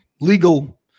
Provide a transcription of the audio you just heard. legal